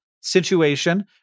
situation